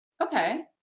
Okay